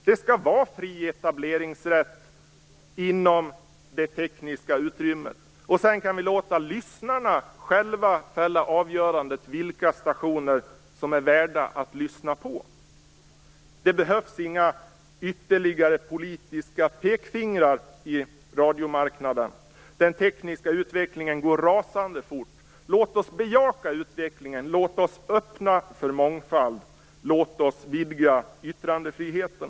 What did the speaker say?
Det skall vara en fri etableringsrätt inom ramen för det tekniska utrymmet. Sedan kan vi låta lyssnarna själva avgöra vilka stationer som är värda att lyssna på. Det behövs inga ytterligare politiska pekfingrar på radiomarknaden. Den tekniska utvecklingen går rasande fort. Låt oss bejaka utvecklingen, öppna för mångfald och vidga yttrandefriheten!